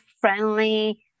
friendly